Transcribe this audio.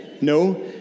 No